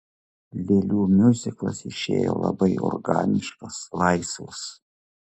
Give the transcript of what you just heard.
lėlių miuziklas išėjo labai organiškas laisvas